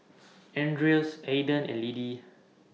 Andreas Aiden and Liddie